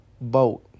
boat